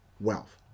wealth